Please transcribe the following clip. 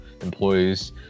employees